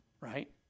Right